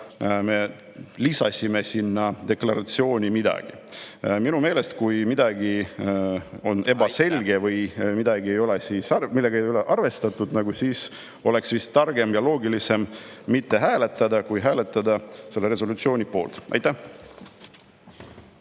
me lisasime sinna deklaratsiooni midagi. Minu meelest, kui midagi on ebaselge … Aitäh! … või ei ole millegagi arvestatud, siis oleks vist targem ja loogilisem mitte hääletada, kui hääletada selle resolutsiooni poolt. Aitäh!